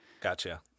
Gotcha